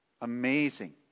amazing